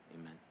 Amen